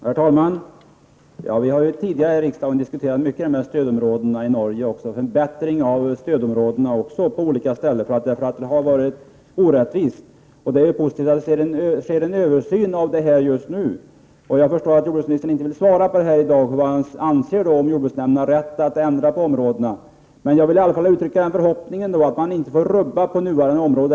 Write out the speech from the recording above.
Herr talman! Vi har tidigare här i riksdagen diskuterat mycket om en förbättring av stödområdesindelningen, för den har varit orättvis. Det är positivt att det sker en översyn av detta just nu. Jag förstår att jordbruksministern inte vill tala om vad han anser om att jordbruksnämnden skall ha rätt att ändra indelningen. Jag vill ändå uttrycka min förhoppning om att nuvarande områden inte rubbas.